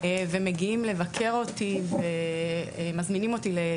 הם מגיעים לבקר אותי ומזמינים אותי להיות